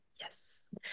yes